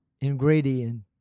ingredient